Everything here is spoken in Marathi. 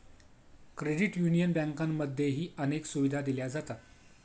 क्रेडिट युनियन बँकांमध्येही अनेक सुविधा दिल्या जातात